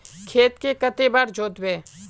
खेत के कते बार जोतबे?